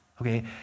Okay